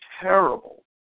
terrible